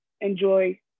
enjoy